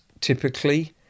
typically